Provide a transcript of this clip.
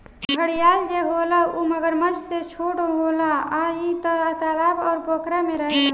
घड़ियाल जे होला उ मगरमच्छ से छोट होला आ इ तालाब अउर पोखरा में रहेले सन